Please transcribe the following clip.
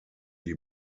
die